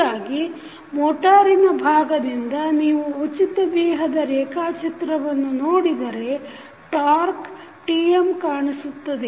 ಹೀಗಾಗಿ ಮೋಟಾರಿನ ಭಾಗದಿಂದ ನೀವು ಉಚಿತ ದೇಹದ ರೇಖಾಚಿತ್ರವನ್ನು ನೋಡಿದರೆ ಟಾಕ್೯ Tm ಕಾಣಿಸುತ್ತದೆ